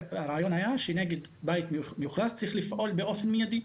הרעיון היה שנגד בית מאוכלס צריך לפעול באופן מידי.